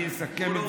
אני אסכם את זה,